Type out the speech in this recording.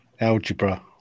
Algebra